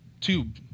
tube